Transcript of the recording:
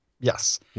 Yes